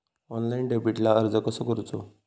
Online डेबिटला अर्ज कसो करूचो?